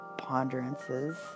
ponderances